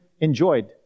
enjoyed